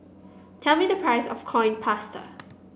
tell me the price of Coin Past